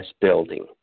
building